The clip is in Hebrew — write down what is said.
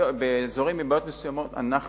באזורים עם בעיות מסוימות אנחנו